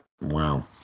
Wow